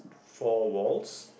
four walls